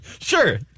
Sure